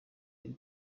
yari